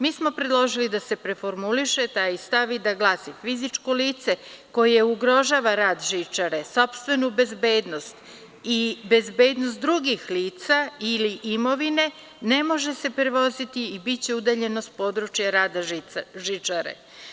Mi smo predložili da se preformuliše taj stav i da glasi – fizičko lice koje ugrožava rad žičare, sopstvenu bezbednost i bezbednost drugih lica ili imovine ne može se prevoziti i biće udaljeno s područja rada žičare.